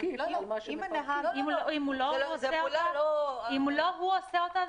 אם לא הוא עושה אותה,